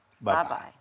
Bye-bye